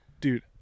dude